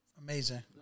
Amazing